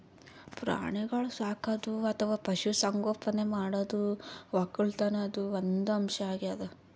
ಪ್ರಾಣಿಗೋಳ್ ಸಾಕದು ಅಥವಾ ಪಶು ಸಂಗೋಪನೆ ಮಾಡದು ವಕ್ಕಲತನ್ದು ಒಂದ್ ಅಂಶ್ ಅಗ್ಯಾದ್